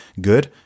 good